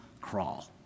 crawl